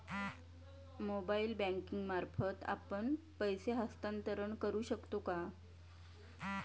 Mobile banking मार्फत आपण पैसे हस्तांतरण करू शकतो का?